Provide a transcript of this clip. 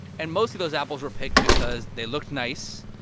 and most of those apples were picked because they looked nice.